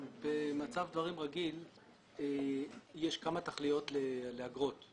במצב דברים רגיל, יש כמה תכליות לאגרות.